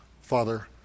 Father